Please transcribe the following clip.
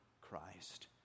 Christ